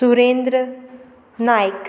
Surendra Naik